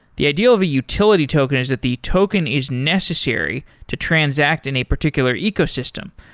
the idea of a utility token is that the token is necessary to transact in a particular ecosystem,